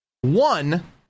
One